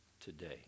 today